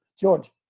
George